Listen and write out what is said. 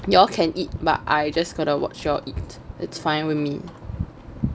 y'all can eat but I just gonna watch y'all eat it's fine with me